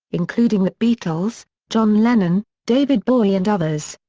including the beatles, john lennon, david bowie and others.